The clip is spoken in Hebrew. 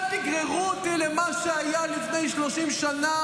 אל תגררו אותי למה שהיה לפני 30 שנה,